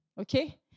okay